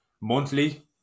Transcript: Monthly